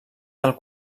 del